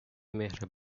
مهر